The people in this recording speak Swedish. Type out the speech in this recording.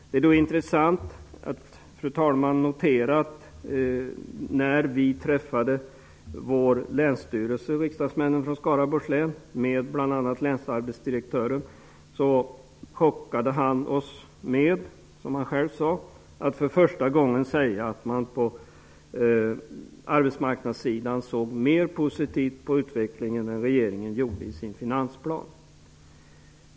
Det är intressant, fru talman, att notera att när vi riksdagsmän från Skaraborgs län träffade vår länsstyrelse och bl.a. länsarbetsdirektören, chockade denne oss -- som han själv sade -- med att för första gången säga att man på arbetsmarknadssidan såg mer positivt på utvecklingen än vad regeringen gjort i sin finansplan.